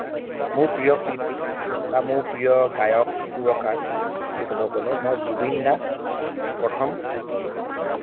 মোৰ প্ৰিয় শিল্পী বা মোৰ প্ৰিয় গায়ক সুৰকাৰ বুলি ক'ব গ'লে মই জুবিন দা প্ৰথম